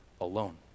alone